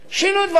שינו דברים.